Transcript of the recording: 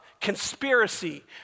conspiracy